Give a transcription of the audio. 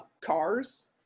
cars